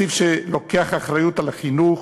תקציב שלוקח אחריות על החינוך,